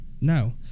No